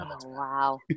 Wow